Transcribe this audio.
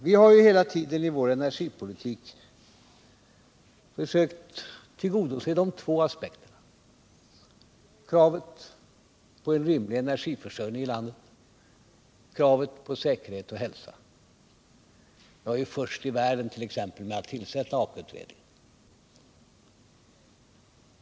Vi har hela tiden i vår energipolitik försökt tillgodose två aspekter: kravet på en rimlig energiförsörjning i landet och kravet på säkerhet och hälsa. Vi vart.ex. först i världen att tillsätta Aka-utredningen.